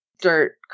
dirt